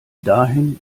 dahin